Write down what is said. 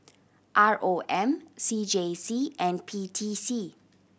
R O M C J C and P T C